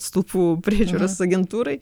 stulpų priežiūros agentūrai